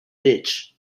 ditch